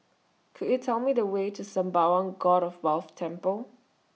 Could YOU Tell Me The Way to Sembawang God of Wealth Temple